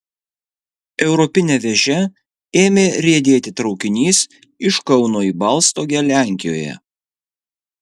europine vėže ėmė riedėti traukinys iš kauno į balstogę lenkijoje